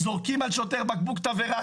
זורקים על שוטר בקבוק תבערה,